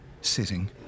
sitting